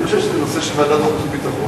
אני חושב שזה נושא של ועדת חוץ וביטחון.